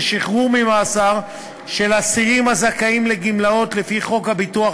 שחרור ממאסר של אסירים הזכאים לגמלאות לפי חוק הביטוח